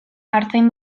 artzain